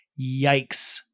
Yikes